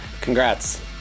Congrats